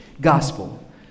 gospel